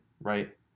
right